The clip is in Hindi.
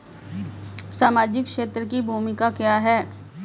सामाजिक क्षेत्र की भूमिका क्या है?